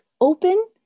open